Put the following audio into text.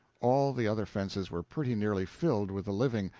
all the other fences were pretty nearly filled with the living,